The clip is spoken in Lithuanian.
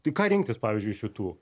tai ką rinktis pavyzdžiui iš šitų